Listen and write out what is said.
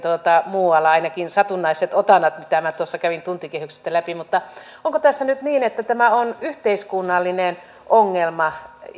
muualla kertovat ainakin satunnaiset otannat mitä minä tuossa kävin tuntikehyksistä läpi mutta onko tässä nyt niin että tämä on yhteiskunnallinen ongelma